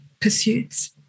pursuits